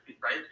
right